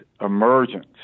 emergence